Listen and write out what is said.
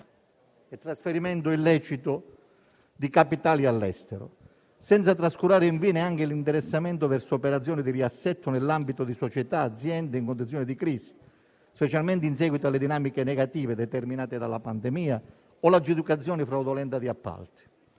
e trasferimento illecito di capitali all'estero; senza trascurare, infine, anche l'interessamento verso operazioni di riassetto nell'ambito di società e aziende in condizione di crisi, specialmente in seguito alle dinamiche negative determinate dalla pandemia o all'aggiudicazione fraudolenta di appalti.